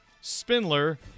Spindler